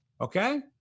okay